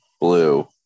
Blue